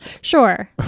Sure